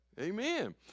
Amen